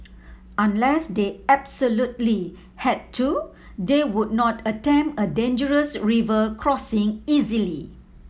unless they absolutely had to they would not attempt a dangerous river crossing easily